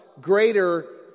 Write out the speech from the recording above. greater